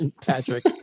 patrick